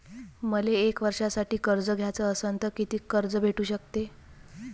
मले एक वर्षासाठी कर्ज घ्याचं असनं त कितीक कर्ज भेटू शकते?